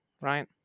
right